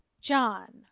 John